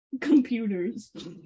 computers